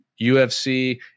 ufc